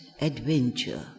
adventure